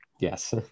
Yes